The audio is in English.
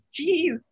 Jeez